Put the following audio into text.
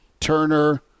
Turner